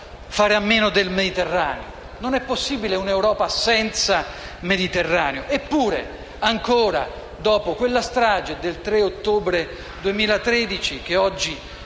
per l'Europa fare a meno del Mediterraneo: non è possibile un'Europa senza Mediterraneo.